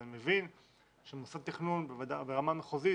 אני מבין שמוסד התכנון ברמה המחוזית,